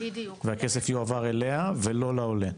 והכסף יועבר אליה ולא לעולה.